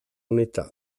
unità